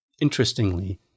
Interestingly